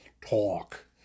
talk